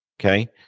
Okay